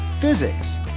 physics